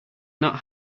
not